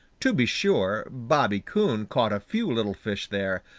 to be sure bobby coon caught a few little fish there,